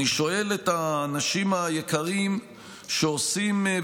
אני שואל את האנשים היקרים שעושים.